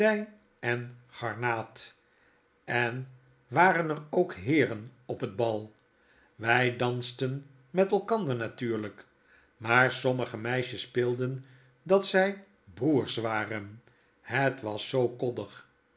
en garnaat en waren er ook heeren op het bal wy dansten met elkander natuurlyk maar sommige meisjes speelden dat zy broers waren het was zoo koddig